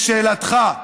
לשאלתך,